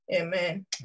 Amen